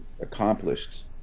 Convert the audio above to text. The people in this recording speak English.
accomplished